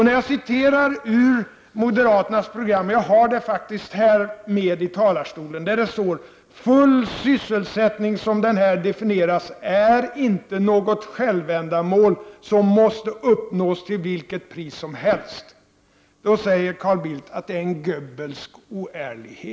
När jag citerar följande ur mo deraternas program: ”Full sysselsättning som den har definierats är inte något självändamål, som måste uppnås till vilket pris som helst”, säger Carl Bildt att det är en Göbbelsk oärlighet.